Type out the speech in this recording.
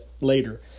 later